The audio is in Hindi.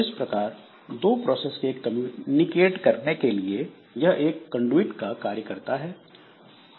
इस प्रकार दो प्रोसेस के कम्युनिकेट करने के लिए यह एक कन्डुइट का कार्य करता है